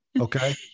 Okay